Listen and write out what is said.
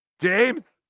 James